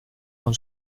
con